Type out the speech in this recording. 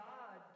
God